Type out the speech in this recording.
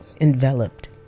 enveloped